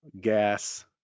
gas